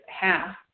half